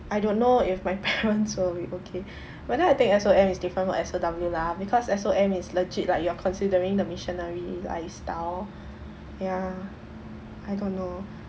I don't know if my parents will be okay but then I think S_O_M is different from S_O_W lah because S_O_M is legit like you are considering the missionary lifestyle ya I don't know